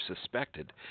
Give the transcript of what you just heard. suspected